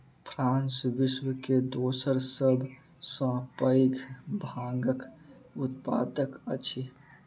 France विश्व के दोसर सभ सॅ पैघ भांगक उत्पादक अछि